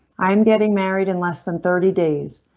i'm getting married in less than thirty days.